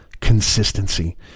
consistency